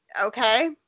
okay